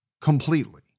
completely